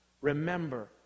Remember